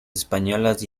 españolas